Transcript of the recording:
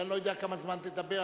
אני לא יודע כמה זמן תדבר,